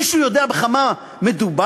מישהו יודע בכמה מדובר?